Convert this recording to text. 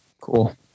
cool